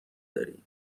داری